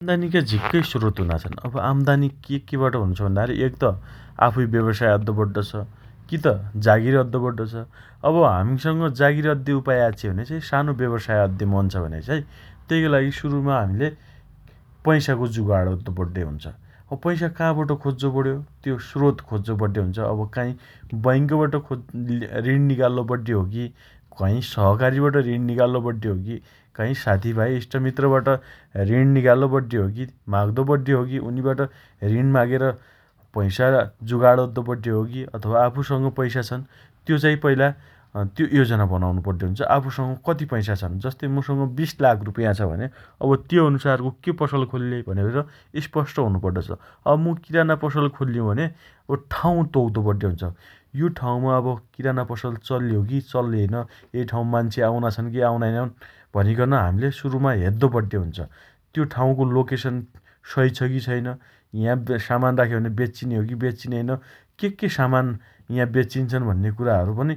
आम्दानीका झिक्कै स्रोत हुना छन् । अब आम्दानी केके बाट हुन्छ भन्दा खेरी एक त आफूइ व्यवसाय अद्द पड्डो छ । कित जागिर अद्दो पड्डो छ । अब हामीसँग जागिर अद्दे उपाय आच्छि भने सानो व्यवसाय अद्दे मन छ भने चाइ तेइका लागि सुरुमा हम्ले पैसाको जुगाण अद्दो पड्डे हुनोछ । अब पैसा काँबाट खोज्यो पण्यो? त्यो स्रोत खोज्जो पड्डे हुन्छ । काई बैंकबाट खोज् लि ऋण निकाल्लो पड्डे हो की कहीँ सहकारीबाट ऋण निकाल्लो पड्डे होकी काई साथीभाई, इष्टमित्रबाट ऋण निकाल्लो पड्डे हो की माग्दो पड्डे हो की उनीबट ऋण मागेर पैसा जुगाण अद्दो पड्डे होकी अथवा आफूसँग पैसा छन् त्यो चाइ पैला त्यो अँ योजना बनाउनो पड्डे हुनोछ । आफूसँग कति पैसा छन् । जस्तै मुसँग बीस लाख रुपैयाँ छ भने त्यो अनुसारको के पसल खोल्ले भनेर स्पष्ट हुन पड्डो छ । अब मु किराना पसल खोल्ले हुँ भने अब ठाउँ तोक्दो पड्डे हुनोछ । यो ठाउँमा अब किराना पसल चल्ले हो की चल्ले होइन । एइ ठाउँ मान्छे आउना छन् की आउनाइन । भनिकन सुरुमा हमीले हेद्दो पड्डे हुन्छ । त्यो ठाउँको लोकेसन सही छ की छैन? याँ सामान राखे भने बेच्चिने हो की बेच्चिने होइन के के सामान याँ बेच्चिन्छन् भन्ने कुराहरु पनि